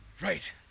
Right